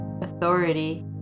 authority